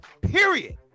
period